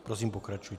Prosím, pokračujte.